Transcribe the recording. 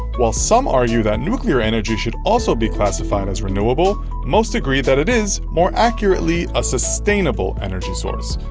while some argue that nuclear energy should also be classified as renewable, most agree that it is, more accurately, a sustainable energy source.